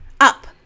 up